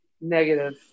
negative